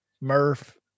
Murph